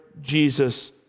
Jesus